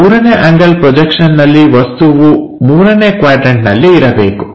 ಮೂರನೇ ಆಂಗಲ್ ಪ್ರೊಜೆಕ್ಷನ್ನಲ್ಲಿ ವಸ್ತುವು ಮೂರನೇ ಕ್ವಾಡ್ರನ್ಟನಲ್ಲಿ ಇರಬೇಕು